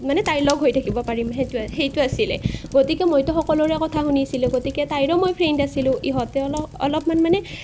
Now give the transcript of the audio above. মানে তাইৰ লগ হৈ থাকিব পাৰিম সেইটোৱে সেইটো আছিলে গতিকে মইতো সকলোৰে কথা শুনিছিলো গতিকে তাইৰো মই ফ্ৰেণ্ড আছিলো ইহঁতে অলপ অলপমান মানে